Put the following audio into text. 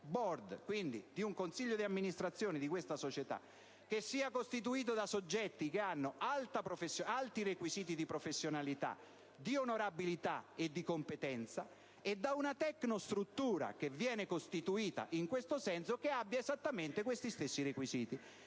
*board*, quindi del consiglio di amministrazione di questa società (costituito da soggetti aventi alti requisiti di professionalità, di onorabilità e di competenza), e da una tecnostruttura costituita in questo senso, la quale abbia esattamente gli stessi requisiti